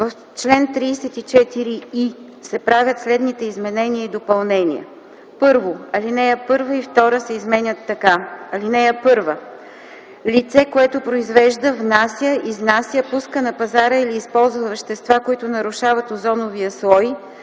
В чл. 34и се правят следните изменения и допълнения: 1. Алинеи 1 и 2 се изменят така: „(1) Лице, което произвежда, внася, изнася, пуска на пазара или използва вещества, които нарушават озоновия слой,